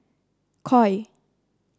Koi